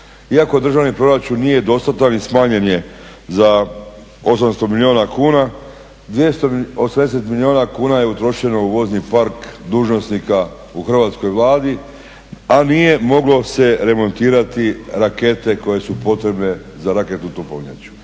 Iako državni proračun nije dostatan i smanjen je za 800 milijuna kuna, 280 milijuna kuna je utrošeno u vozni park dužnosnika u hrvatskoj Vladi, a nije moglo se remontirati rakete koje su potrebne za raketnu topovnjaču.